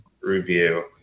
review